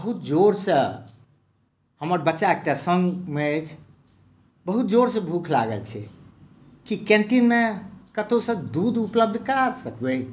बहुत जोर सँ हमर बच्चा एकटा सङ्गमे अछि बहुत जोर सँ भूख लागल छै की कैंटीन मे कतौसँ दूध उपलब्ध करा सकबै